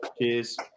Cheers